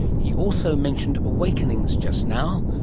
he also mentioned awakenings just now,